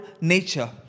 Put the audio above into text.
nature